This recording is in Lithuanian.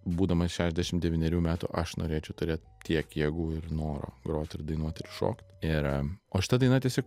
būdamas šešiasdešim devynerių metų aš norėčiau turėt tiek jėgų ir noro grot ir dainuot šokt ir o šita daina tiesiog